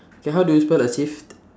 K how do you spell achieved